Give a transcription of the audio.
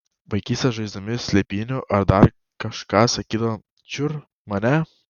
vaikystėje žaisdami slėpynių ar dar kažką sakydavom čiur mane